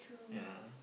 ya